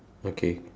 okay